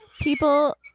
people